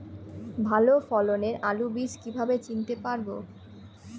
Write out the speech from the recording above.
ভালো ফলনের আলু বীজ কীভাবে চিনতে পারবো?